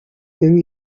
there